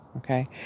Okay